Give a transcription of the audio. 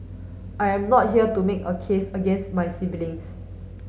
I am not here to make a case against my siblings